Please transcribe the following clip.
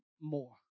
more